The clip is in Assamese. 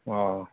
অঁ